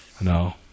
No